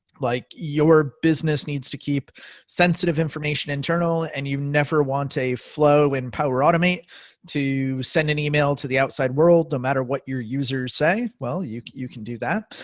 like your business needs to keep sensitive information internal, and you never want a flow in power automate to send an email to the outside world no matter what your users say, well, you you can do that.